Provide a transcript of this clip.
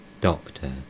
Doctor